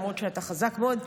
למרות שאתה חזק מאוד,